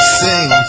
sing